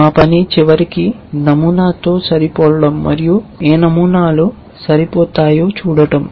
మా పని చివరికి నమూనాతో సరిపోలడం మరియు ఏ నమూనాలు సరిపోతాయో చూడటం